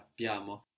sappiamo